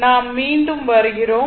நாம் மீண்டும் வருகிறோம்